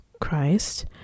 Christ